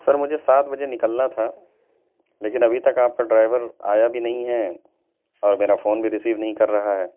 سر مجھے سات بجے نکلنا تھا لیکن ابھی تک آپ کا ڈرائیور آیا بھی نہیں ہے اور میرا فون بھی ریسیو نہیں کر رہا ہے